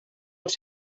els